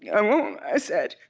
i won't i said,